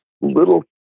little